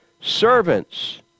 Servants